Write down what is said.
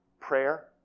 prayer